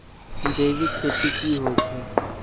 जैविक खेती की होय छै?